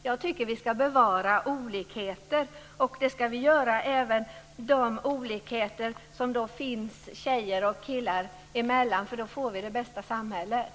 Jag tycker att vi ska bevara olikheter, även de olikheter som finns tjejer och killar emellan, för då får vi det bästa samhället.